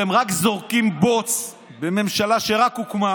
אתם רק זורקים בוץ בממשלה שרק הוקמה,